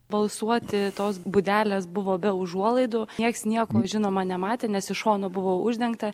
balsuoti tos būdelės buvo be užuolaidų nieks nieko žinoma nematė nes iš šono buvo uždengta